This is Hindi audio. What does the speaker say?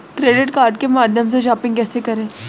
क्रेडिट कार्ड के माध्यम से शॉपिंग कैसे करें?